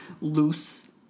loose